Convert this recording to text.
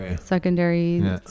Secondary